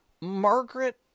Margaret